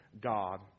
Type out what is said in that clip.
God